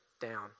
down